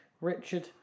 Richard